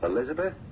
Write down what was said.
Elizabeth